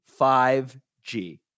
5G